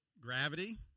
Gravity